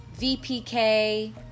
VPK